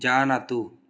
जानातु